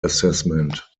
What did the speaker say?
assessment